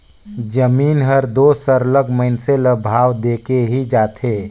जमीन हर दो सरलग मइनसे ल भाव देके ही जाथे